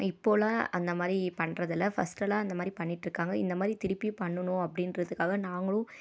இப்போதெலாம் அந்த மாதிரி பண்ணுறதில்ல ஃபஸ்ட்டுலாம் அந்த மாதிரி பண்ணிகிட்ருக்காங்க இந்த மாதிரி திருப்பியும் பண்ணணும் அப்படின்றதுக்காக நாங்களும்